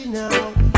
now